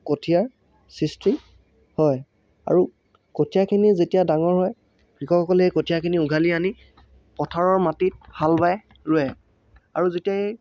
কঠিয়াৰ সৃষ্টি হয় আৰু কঠিয়াখিনিৰ যেতিয়া ডাঙৰ হয় কৃষকসকলে সেই কঠিয়াখিনি উঘালি আনি পথাৰৰ মাটিত হাল বাই ৰুৱে আৰু যেতিয়া এই